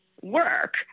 work